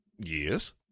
yes